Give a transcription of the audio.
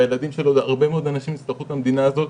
והילדים של עוד הרבה מאוד אנשים יצטרכו את המדינה הזאת,